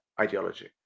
ideology